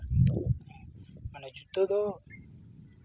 ᱢᱟᱱᱮ ᱡᱩᱛᱟᱹ ᱫᱚ